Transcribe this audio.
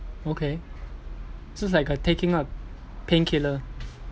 okay so it's like a taking a painkiller